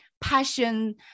passion